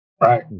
Right